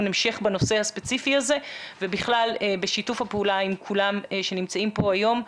המשך בנושא הספציפי הזה ובכלל בשיתוף פעולה עם כל אלה שנמצאים פה היום.